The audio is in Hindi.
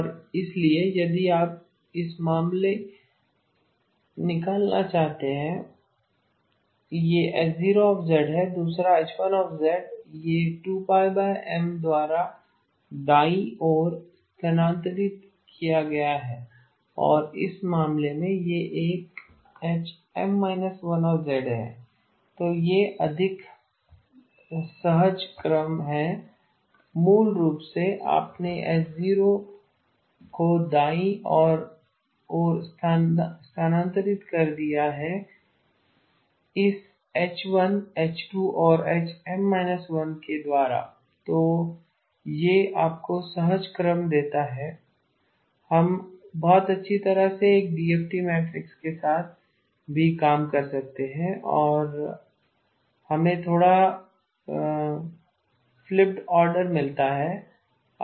और इसलिए यदि आप इस मामले निकालना चाहते हैं यह H0 है दूसरा H1 यह 2π M द्वारा दाईं ओर स्थानांतरित किया गया है और इस मामले में यह एक HM−1 है तो यह अधिक सहज क्रम है मूल रूप से आप ने H0 को दायीं ओर स्थानांतरित कर दिया है इस H1 H2 से HM−1के द्वारा तो यह आपको सहज क्रम देता है हम बहुत अच्छी तरह से एक डीएफटी मैट्रिक्स के साथ भी काम कर सकते हैं और हमें थोड़ा फ़्लिपड आर्डर मिलता है